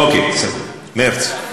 אוקיי, בסדר, מרס.